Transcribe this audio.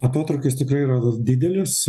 atotrūkis tikrai yra tas didelis